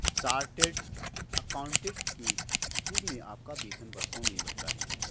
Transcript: chartered accountant के रूप में आपका वेतन वर्षों में बढ़ता है